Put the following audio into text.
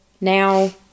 Now